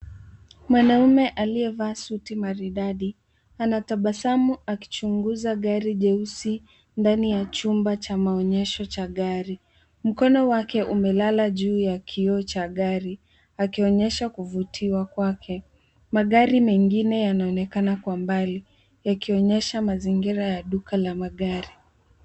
Mwanaume aliyevaa suti maridadi anatabasamu akichunguza gari jeusi ndani ya chumba cha maonyesho cha gari. Mkono wake umelala juu ya kioo cha gari akionyesha kuvutiwa kwake. Magari mengine yanaonekana kwa mbali, yakionyesha mazingira ya duka la magari.